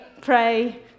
pray